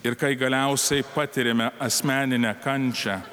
ir kai galiausiai patiriame asmeninę kančią